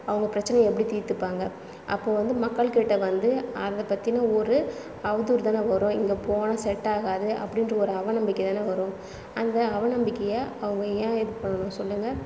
அவங்க பிரச்சனையை எப்படி தீர்த்துப்பாங்க அப்போது வந்து மக்கள் கிட்ட வந்து அதை பற்றின ஒரு அவதூறுதானே வரும் இங்கே போனால் செட் ஆகாது அப்படின்ற ஒரு அவநம்பிக்கை தானே வரும் அந்த அவநம்பிக்கையை அவங்க ஏன் இது பண்ணணும் சொல்லுங்கள்